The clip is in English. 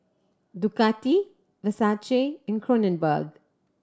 Ducati Versace and Kronenbourg